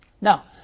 Now